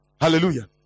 Hallelujah